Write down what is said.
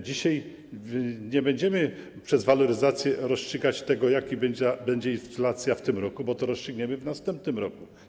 Dzisiaj nie będziemy przez waloryzację rozstrzygać tego, jaka będzie inflacja w tym roku, bo to rozstrzygniemy w następnym roku.